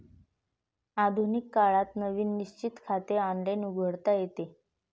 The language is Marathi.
आधुनिक काळात नवीन निश्चित खाते ऑनलाइन उघडता येते